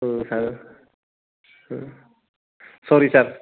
ओम सार ओम सरी सार